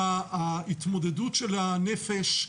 ההתמודדות של הנפש,